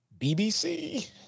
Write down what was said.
BBC